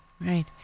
Right